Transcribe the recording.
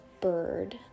bird